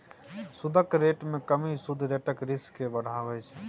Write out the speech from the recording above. सुदक रेट मे कमी सुद रेटक रिस्क केँ बढ़ाबै छै